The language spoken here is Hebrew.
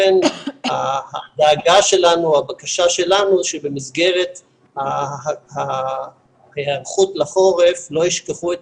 לכן הדאגה שלנו או הבקשה שלנו שבמסגרת ההיערכות לחורף לא ישכחו את